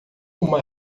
uma